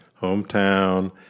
hometown